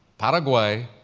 paraguay,